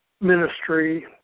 ministry